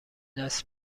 دست